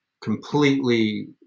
completely